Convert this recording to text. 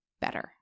better